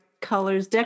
Colors